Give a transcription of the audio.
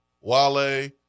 Wale